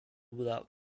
without